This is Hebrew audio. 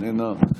איננה,